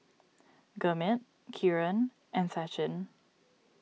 Gurmeet Kiran and Sachin